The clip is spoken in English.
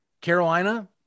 Carolina